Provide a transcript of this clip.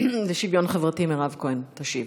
לשוויון חברתי מירב כהן תשיב.